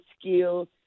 skills